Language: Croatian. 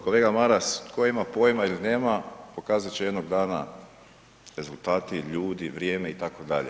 Kolega Maras, tko ima pojma ili nema, pokazat će jednog dana rezultati, ljudi, vrijeme itd.